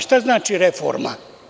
Šta znači reforma?